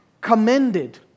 commended